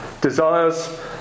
desires